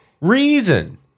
reason